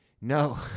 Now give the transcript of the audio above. no